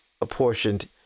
apportioned